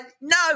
no